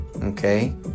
Okay